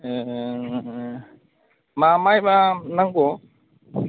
ए मा माइबा नांगौ